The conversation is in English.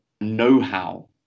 know-how